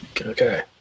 okay